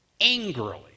angrily